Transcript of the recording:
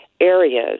areas